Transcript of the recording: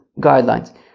guidelines